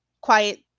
quiet